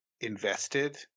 invested